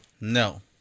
No